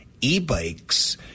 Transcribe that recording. e-bikes